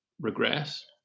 regress